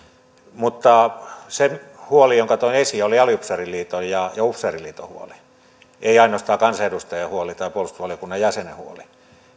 mutta se huoli jonka toin esiin oli aliupseeriliiton ja upseeriliiton huoli ei ainoastaan kansanedustajan huoli tai puolustusvaliokunnan jäsenen huoli